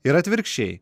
ir atvirkščiai